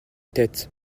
tête